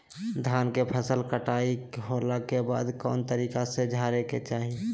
धान के फसल कटाई होला के बाद कौन तरीका से झारे के चाहि?